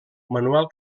manuel